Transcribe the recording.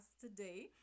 today